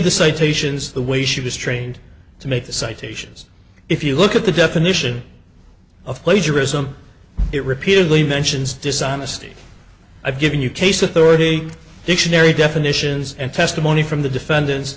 citations the way she was trained to make the citations if you look at the definition of plagiarism it repeatedly mentions dishonesty i've given you case authority dictionary definitions and testimony from the defendant